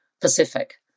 Pacific